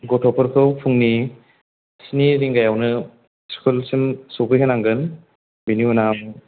गथ'फोरखौ फुंनि स्नि रिंगाआवनो स्कुलसिम सौफैहोनांगोन बेनि उनाव